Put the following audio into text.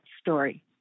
story